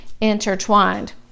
intertwined